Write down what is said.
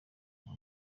kuva